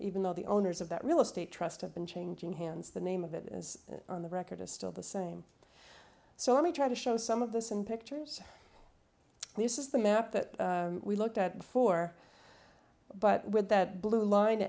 even though the owners of that real estate trust have been changing hands the name of it is on the record is still the same so let me try to show some of this in pictures this is the map that we looked at before but with that blue line